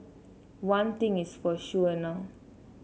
one thing is for sure now